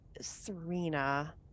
Serena